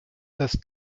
dass